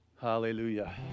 Hallelujah